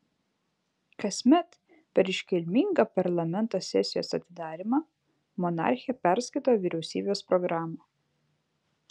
kasmet per iškilmingą parlamento sesijos atidarymą monarchė perskaito vyriausybės programą